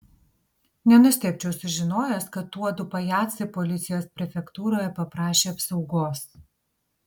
nenustebčiau sužinojęs kad tuodu pajacai policijos prefektūroje paprašė apsaugos